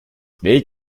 they